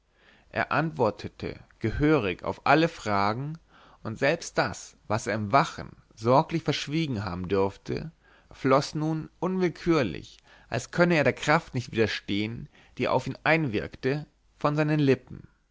er antwortete gehörig auf alle fragen und selbst das was er im wachen sorglich verschwiegen haben würde floß nun unwillkürlich als könne er der kraft nicht widerstehen die auf ihn einwirkte von seinen lippen